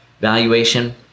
valuation